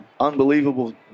unbelievable